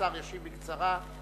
והשר ישיב בקצרה,